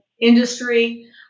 industry